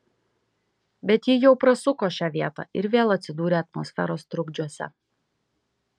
bet ji jau prasuko šią vietą ir vėl atsidūrė atmosferos trukdžiuose